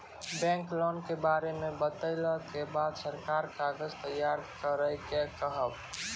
Bank loan के बारे मे बतेला के बाद सारा कागज तैयार करे के कहब?